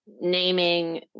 naming